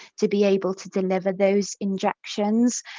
to be able to deliver those injections,